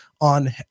on